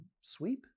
sweep